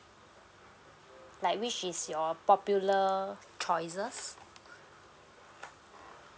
like which is your popular choices